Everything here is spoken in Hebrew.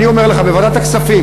אני אומר לך שבוועדת הכספים,